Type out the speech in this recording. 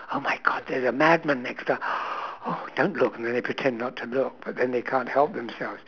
oh my god there's a mad man next to us oh don't look then they pretend not to look but then they can't help themselves